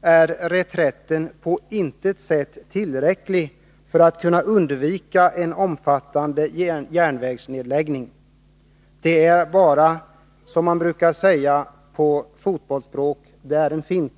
är reträtten på intet sätt tillräcklig för att man skall kunna undvika en omfattande järnvägsnedläggning. Det är bara, som man brukar säga på fotbollsspråk, en fint.